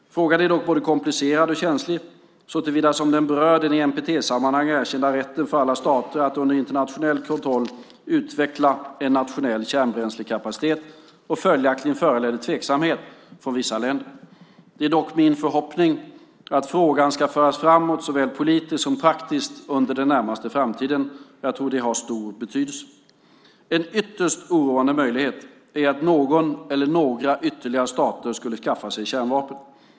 Frågan är dock både komplicerad och känslig såtillvida som den berör den i NPT-sammanhang erkända rätten för alla stater att under internationell kontroll utveckla en nationell kärnbränslekapacitet och följaktligen föranleder tveksamhet från vissa länder. Det är dock min förhoppning att frågan ska föras framåt såväl politiskt som praktiskt under den närmaste framtiden. Jag tror att det har stor betydelse. En ytterst oroande möjlighet är att någon eller några ytterligare stater skulle skaffa sig kärnvapen.